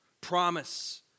Promise